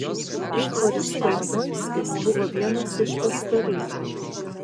ihoris kolomoiskis buvo vienas iš pastarųjų